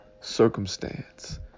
circumstance